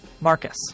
Marcus